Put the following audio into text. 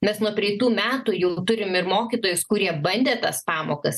mes nuo praeitų metų jau turim ir mokytojus kurie bandė tas pamokas